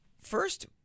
first